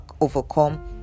overcome